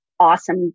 Awesome